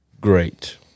great